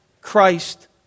Christ